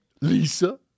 Lisa